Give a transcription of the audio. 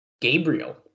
Gabriel